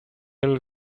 little